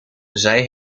zij